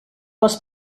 les